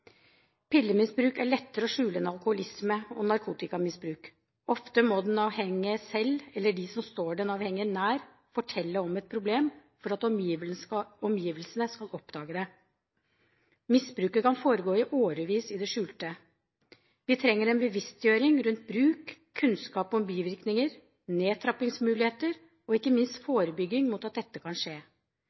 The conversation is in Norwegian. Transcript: Pillemisbruk er lettere å skjule enn alkoholisme og narkotikamisbruk. Ofte må den avhengige selv, eller de som står den avhengige nær, fortelle om et problem for at omgivelsene skal oppdage det. Misbruket kan foregå i årevis i det skjulte. Vi trenger en bevisstgjøring rundt bruk, kunnskap om bivirkninger, nedtrappingsmuligheter og ikke minst forebygging mot at dette kan skje.